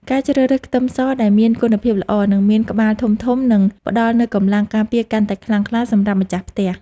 ការជ្រើសរើសខ្ទឹមសដែលមានគុណភាពល្អនិងមានក្បាលធំៗនឹងផ្តល់នូវកម្លាំងការពារកាន់តែខ្លាំងក្លាសម្រាប់ម្ចាស់ផ្ទះ។